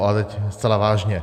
Ale zcela vážně.